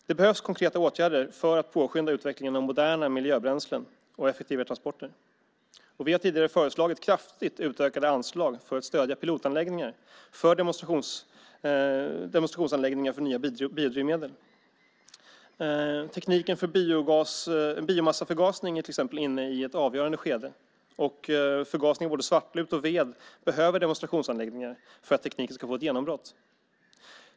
Det behövs konkreta åtgärder för att påskynda utvecklingen av moderna miljöbränslen och effektivare transporter. Vi har tidigare föreslagit kraftigt utökade anslag för att stödja pilotanläggningar och demonstrationsanläggningar för nya biodrivmedel. Tekniken för biomassaförgasning är till exempel inne i ett avgörande skede, och förgasningen av både svartlut och ved behöver demonstrationsanläggningar för att tekniken ska få ett genombrott.